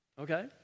Okay